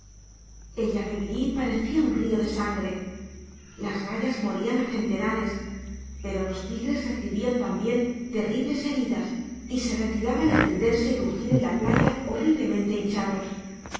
el yabebirí parecía un río de sangre las rayas morían a centenares pero los tigres recibían también terribles heridas y se retiraban a tenderse y rugir en la playa horriblemente hinchados